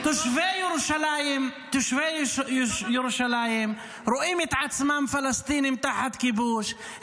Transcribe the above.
תושבי ירושלים רואים את עצמם פלסטינים תחת כיבוש,